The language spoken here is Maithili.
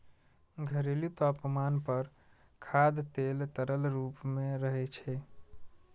घरेलू तापमान पर खाद्य तेल तरल रूप मे रहै छै